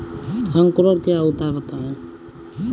अंकुरण क्या होता है बताएँ?